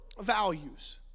Values